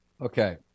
Okay